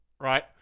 Right